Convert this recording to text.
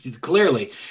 clearly